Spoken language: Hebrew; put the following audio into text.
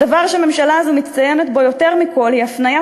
הדבר שהממשלה הזאת מצטיינת בו יותר מכול הוא הפניית